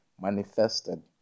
manifested